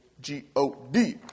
G-O-D